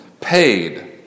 paid